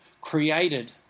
created